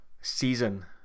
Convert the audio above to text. season